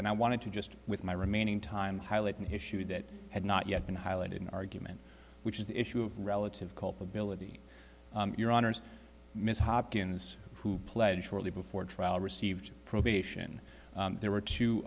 and i wanted to just with my remaining time highlight an issue that had not yet been highlighted in argument which is the issue of relative culpability your honors ms hopkins who played shortly before trial received probation there were two